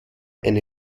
eine